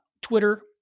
Twitter